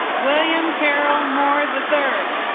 william carroll more the third